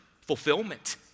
fulfillment